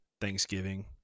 Thanksgiving